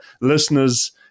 listeners